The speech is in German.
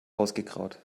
ausgegraut